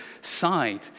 side